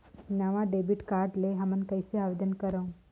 नवा debit card ले हमन कइसे आवेदन करंव?